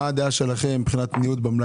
עמדתכם מבחינת ניוד?